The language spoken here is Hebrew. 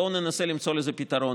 בואו ננסה למצוא לזה פתרון.